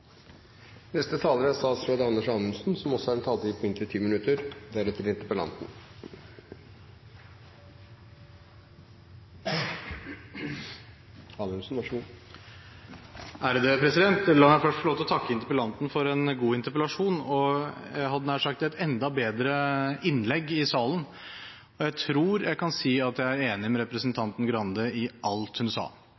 La meg først få lov til å takke interpellanten for en god interpellasjon, og – jeg hadde nær sagt – et enda bedre innlegg i salen. Jeg tror jeg kan si at jeg er enig med representanten Skei Grande i alt hun sa.